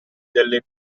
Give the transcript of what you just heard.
delle